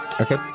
Okay